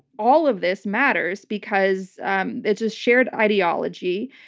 all of this matters because um it's a shared ideology.